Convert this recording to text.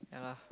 yeah lah